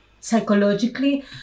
psychologically